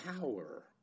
power